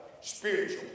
spiritual